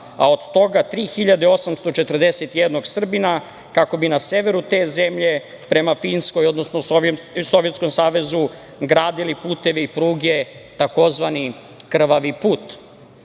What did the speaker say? a od toga 3.841 Srbina, kako bi na severu te zemlje prema Finskoj, odnosno Sovjetskom Savezu, gradili puteve i pruge, tzv. "krvavi put".